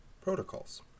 protocols